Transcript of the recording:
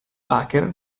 hacker